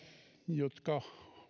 jotka